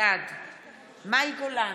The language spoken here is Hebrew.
בעד מאי גולן,